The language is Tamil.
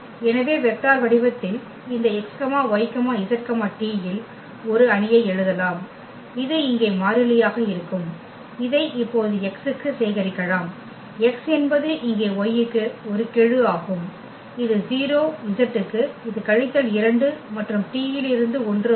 எனவே வெக்டர் வடிவத்தில் இந்த x y z t இல் ஒரு அணியை எழுதலாம் இது இங்கே மாறிலியாக இருக்கும் இதை இப்போது x க்கு சேகரிக்கலாம் x என்பது இங்கே y க்கு ஒரு கெழு ஆகும் இது 0 z க்கு இது கழித்தல் 2 மற்றும் t இலிருந்து 1 ஆகும்